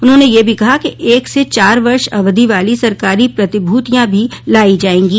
उन्होंने यह भी कहा कि एक से चार वर्ष अवधि वाली सरकारी प्रतिभूतियां भी लायी जाएंगी